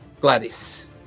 Gladys